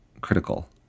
critical